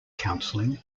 counseling